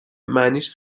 معنیش